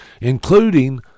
including